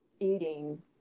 eating